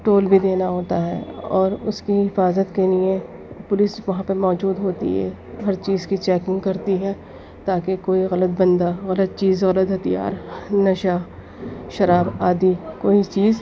tool بھی دینا ہوتا ہے اور اس کی حفاظت کے لئے پولیس وہاں پہ موجود ہوتی ہے ہر چیز کی چیکنگ کرتی ہے تاکہ کوئی غلط بندہ غلط چیز اور ہتھیار نشہ شراب آدی کوئی چیز